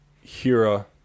Hira